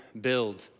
build